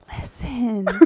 Listen